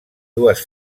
dues